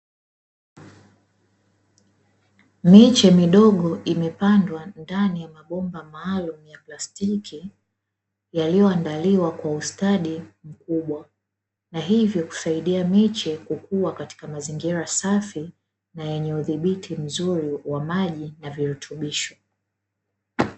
Miche midogo imepandwa ndani ya mabomba maalumu ya plastiki yalio andaliwa kwa ustadi mkubwa, hivyo kusaidia miche kukua katika mazingira safi na yenye udhibiti mzuri wa maji na virutubisho.